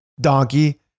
donkey